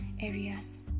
areas